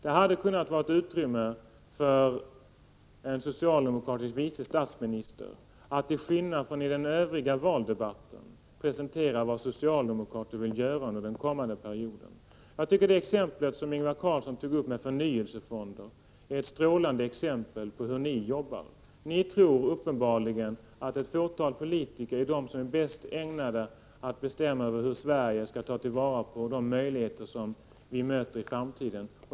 Det hade funnits utrymme för en socialdemokratisk vice statsminister att, till skillnad från i den övriga valdebatten, presentera vad socialdemokraterna vill göra under den kommande perioden. Det exempel som Ingvar Carlsson tog upp, beträffande förnyelsefonderna, är ett strålande exempel på hur ni socialdemokrater arbetar. Ni tror uppenbarligen att ett fåtal politiker är de som är bäst ägnade att bestämma hur Sverige skall ta vara på de möjligheter som vi möter i framtiden.